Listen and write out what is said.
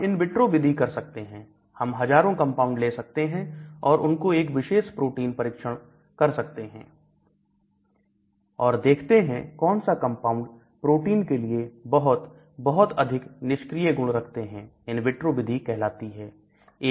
हम in vitro विधि कर सकते हैं हम हजारों कंपाउंड ले सकते हैं और उनको एक विशेष प्रोटीन परीक्षण कर सकते हैं और देखते हैं कौन सा कंपाउंड प्रोटीन के लिए बहुत बहुत अधिक निष्क्रिय गुण रखते हैं इन विट्रो विधि कहलाती है